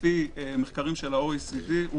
לפי מחקרים של ה-OECD,